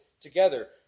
together